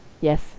yes